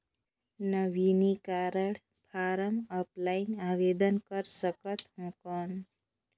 नवीनीकरण form offline आवेदन कर सकत हो कौन?